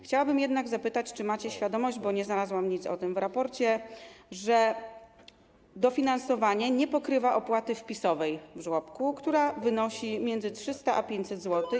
Chciałabym jednak zapytać, czy macie świadomość - bo nie znalazłam nic o tym w raporcie - że dofinansowanie nie pokrywa opłaty wpisowej w żłobku, która wynosi między 300 a 500 zł.